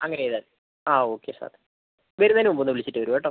അങ്ങനെ ചെയ്താൽ മതി ആ ഓക്കെ സാർ വരുന്നതിന് മുമ്പൊന്ന് വിളിച്ചിട്ട് വരൂ കേട്ടോ